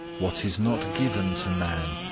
what is not given to man,